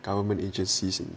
government agencies in